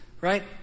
right